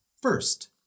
first